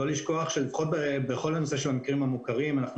לא לשכוח שבכל הנושא של המקרים המוכרים אנחנו